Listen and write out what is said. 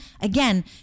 again